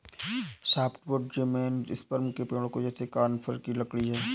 softwood gymnosperm के पेड़ों जैसे कॉनिफ़र की लकड़ी है